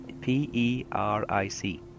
P-E-R-I-C